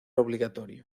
obligatorio